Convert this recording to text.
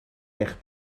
eich